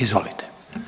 Izvolite.